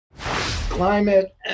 Climate